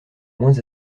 moins